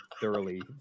thoroughly